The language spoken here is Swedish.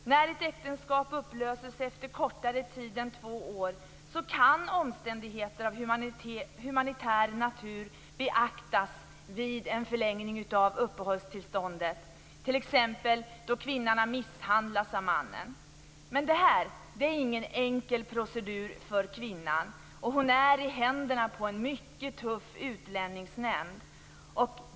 När ett äktenskap upplöses efter kortare tid än två år kan omständigheter av humanitär natur beaktas vid en förlängning av uppehållstillståndet, t.ex. då kvinnan har misshandlats av mannen. Men det här är ingen enkel procedur för kvinnan, och hon är i händerna på en mycket tuff utlänningsnämnd.